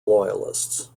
loyalists